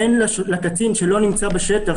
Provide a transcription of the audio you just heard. אין לקצין שלא נמצא בשטח,